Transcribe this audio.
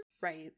Right